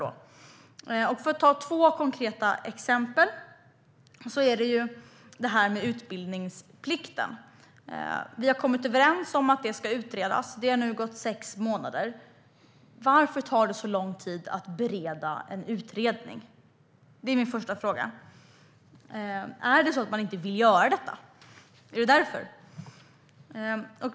Jag ska ta upp två konkreta frågor. Den ena gäller utbildningsplikten. Vi har kommit överens om att den ska utredas. Det har nu gått sex månader. Varför tar det så lång tid att bereda en utredning? Det är min första fråga. Är det så att man inte vill göra detta? Är det därför?